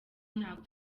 ntabwo